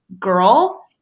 girl